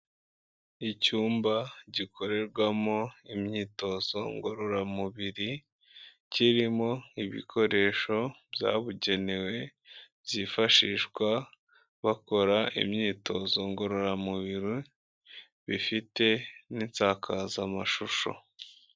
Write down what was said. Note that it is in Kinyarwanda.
Icyumba gikorerwamo imyitozo ngororamubiri, kirimo ibikoresho byabugenewe, byifashishwa bakora imyitozo ngororamubiri, bifite n'insakazamashusho.